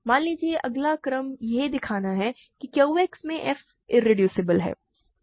मान लीजिए अगला क्रम यह दिखाना है कि Q X में f इरेड्यूसेबल है